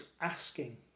asking